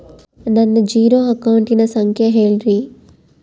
ನನ್ನ ಜೇರೊ ಅಕೌಂಟಿನ ಸಂಖ್ಯೆ ಹೇಳ್ರಿ?